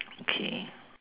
okay